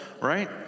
right